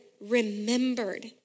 remembered